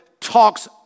talks